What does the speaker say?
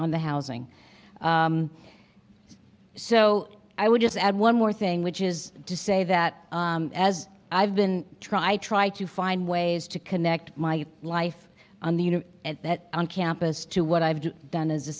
on the housing so i would just add one more thing which is to say that as i've been try try to find ways to connect my life on the unit that on campus to what i've done as a